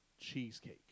cheesecake